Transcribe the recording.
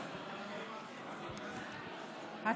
בבקשה.